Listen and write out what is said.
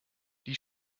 die